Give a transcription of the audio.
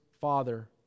father